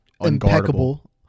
impeccable